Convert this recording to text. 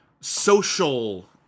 social